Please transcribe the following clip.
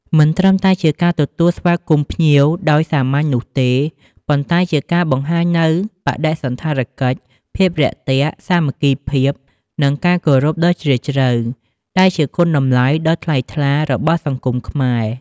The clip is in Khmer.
មិនត្រឹមតែជាការទទួលស្វាគមន៍ភ្ញៀវដោយសាមញ្ញនោះទេ ប៉ុន្តែជាការបង្ហាញនូវ បដិសណ្ឋារកិច្ច ភាពរាក់ទាក់ សាមគ្គីភាព និងការគោរពដ៏ជ្រាលជ្រៅ ដែលជាគុណតម្លៃដ៏ថ្លៃថ្លារបស់សង្គមខ្មែរ។